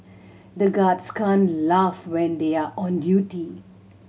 the guards can't laugh when they are on duty